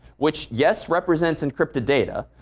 which, yes, represents encrypted data,